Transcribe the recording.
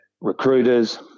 recruiters